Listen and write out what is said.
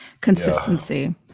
consistency